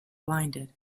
blinded